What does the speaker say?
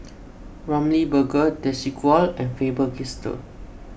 Ramly Burger Desigual and Faber Castell